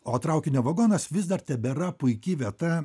o traukinio vagonas vis dar tebėra puiki vieta